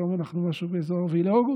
היום אנחנו באזור 4 באוגוסט,